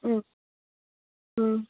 ꯎꯝ ꯎꯝ